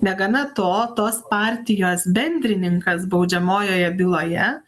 negana to tos partijos bendrininkas baudžiamojoje byloje